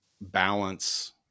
balance